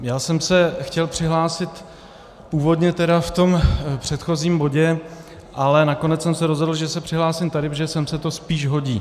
Já jsem se chtěl přihlásit původně tedy v tom předchozím bodě, ale nakonec jsem se rozhodl, že se přihlásím tady, protože sem se to spíš hodí.